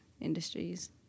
industries